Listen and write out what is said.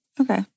Okay